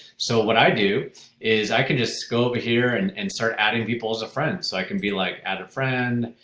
so what i do is i can just go over here and and start adding people as a friend. so i can be like add a friend,